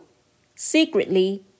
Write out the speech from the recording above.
Secretly